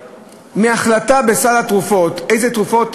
מההחלטה בסל התרופות, איזה תרופות